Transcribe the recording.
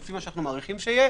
לפי ההערכות שלנו.